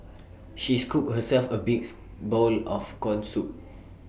she scooped herself A big is bowl of Corn Soup